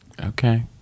Okay